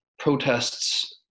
protests